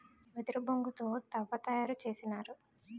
వెదురు బొంగు తో తవ్వ తయారు చేసినారు